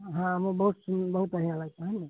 हाँ वह बहुत सुन बहुत बढ़ियाँ लगता है ना